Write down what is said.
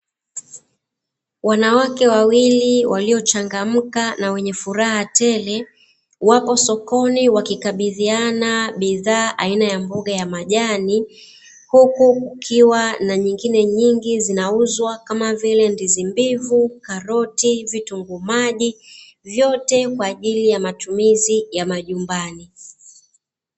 Wanawake wawili waliochangamka na wenye furaha tele, wapo sokoni wakikabidhiana bidhaa aina ya mboga ya majani ,huku kukiwa kuna nyingine nyingi zinauzwa kama vile; ndizi mbivu, karoti, vitunguu maji, vyote kwa ajili ya matumizi ya majumbani.